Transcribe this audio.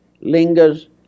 lingers